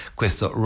questo